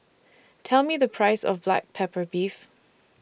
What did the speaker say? Tell Me The Price of Black Pepper Beef